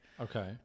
Okay